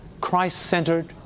Christ-centered